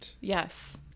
Yes